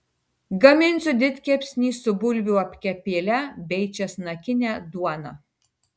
gaminsiu didkepsnį su bulvių apkepėle bei česnakine duona